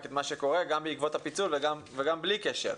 את מה שקורה גם בעקבות הפיצול וגם בלי קשר,